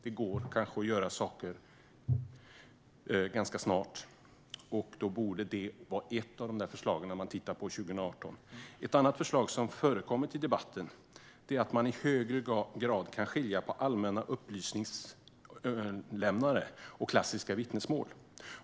Det går kanske att göra saker ganska snart, och då borde det vara ett av förslagen man tittar på 2018. Ett annat förslag som förekommit i debatten är att man i högre grad ska kunna skilja på allmänna upplysningslämnare och klassiska vittnesmål.